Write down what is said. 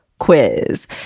Quiz